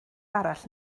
arall